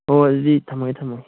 ꯑꯣ ꯑꯗꯨꯗꯤ ꯊꯝꯃꯒꯦ ꯊꯝꯃꯒꯦ